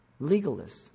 Legalists